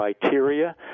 criteria